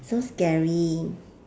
so scary